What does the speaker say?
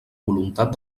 voluntat